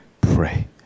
pray